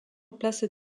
place